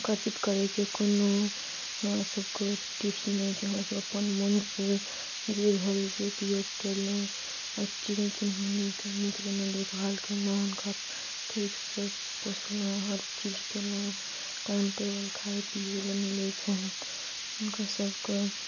आकर्षित करैके कोनो अहाँ सभके टिप्स नहि छै अहाँ सभ अपन मोनसँ जे भेल से उपयोग केलहुॅं आओर चिड़ै चुनमुनीके नीक जेना देखभाल केलहुॅं हुनका ठीकसँ पोसलहुॅं हर चीज केलहुॅं टाइम टेबल खाए पियै लए मिलै छै हुनकर सभके